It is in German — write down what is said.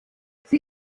sie